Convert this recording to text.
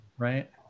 Right